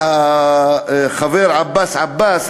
והחבר עבאס עבאס,